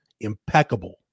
impeccable